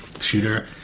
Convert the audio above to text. shooter